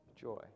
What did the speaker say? joy